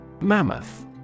Mammoth